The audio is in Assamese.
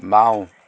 বাওঁ